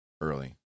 early